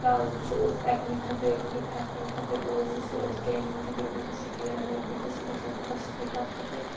سُہ اوس ایٚکنی خٲطرٕ پھیٚپھرَن خٲطرٕ اوس سُہ سُہ اوس گیٚنیٚن خٲطرٕ بٕتھِس چھِ گیٚن رَوزان بٕتھِس چھِ گژھان خۄشکی تَتھ خٲطرٕ